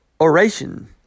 oration